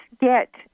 get